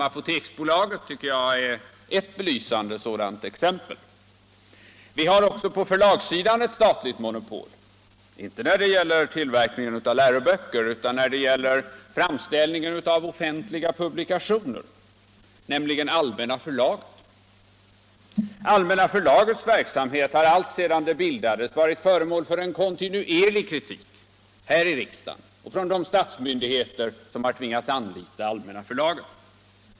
Apoteksbolaget tycker jag där är ett belysande exempel. Vi har också på förlagssidan ett statligt monopol, inte när det gäller tillverkning av läroböcker men däremot vad gäller offentliga publikationer, nämligen Allmänna förlaget. Alltsedan det förlaget bildades har verksamheten där varit föremål för kontinuerlig kritik här i riksdagen och från de statsmyndigheter som har tvingats anlita Allmänna förlaget.